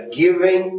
giving